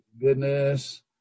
goodness